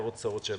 הערות קצרות שלך.